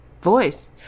voice